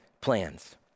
plans